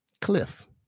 Cliff